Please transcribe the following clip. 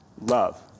love